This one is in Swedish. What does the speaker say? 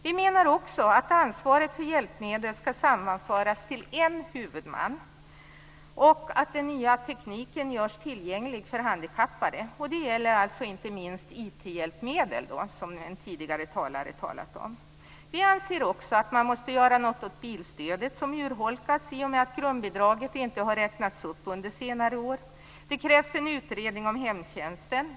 Vi menar också att ansvaret för hjälpmedel skall sammanföras till en huvudman och att den nya tekniken skall göras tillgänglig för handikappade. Det gäller alltså inte minst IT-hjälpmedel, som en tidigare talare har talat om. Vi anser också att man måste göra något åt bilstödet, som ju urholkats i och med att grundbidraget inte har räknats upp under senare år. Det krävs en utredning om hemtjänsten.